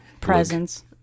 Presents